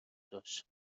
داشت